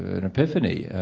an epiphany.